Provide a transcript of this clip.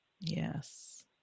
Yes